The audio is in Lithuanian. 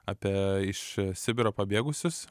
apie iš sibiro pabėgusius